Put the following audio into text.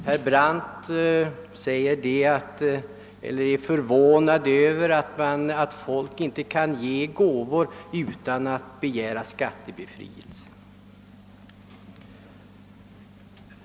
Herr talman! Herr Brandt är förvånad över att folk inte kan ge gåvor utan att begära skattebefrielse.